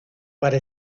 para